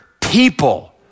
people